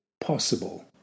possible